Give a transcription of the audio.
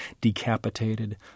decapitated